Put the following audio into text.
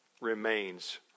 remains